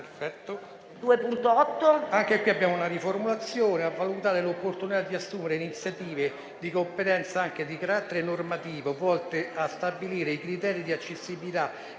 settore, impegna il Governo: a valutare l'opportunità di assumere iniziative di competenza, anche di carattere normativo, volte a stabilire i criteri di accessibilità